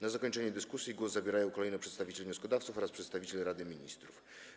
Na zakończenie dyskusji głos zabierają kolejno przedstawiciel wnioskodawców oraz przedstawiciel Rady Ministrów.